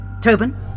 Tobin